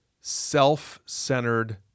self-centered